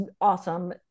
awesome